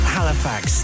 Halifax